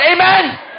amen